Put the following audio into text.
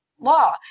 law